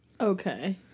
okay